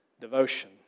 devotion